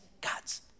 God's